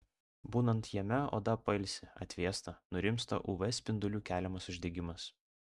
būnant jame oda pailsi atvėsta nurimsta uv spindulių keliamas uždegimas